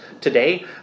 today